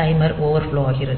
timer overflow ஆகிறது